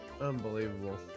unbelievable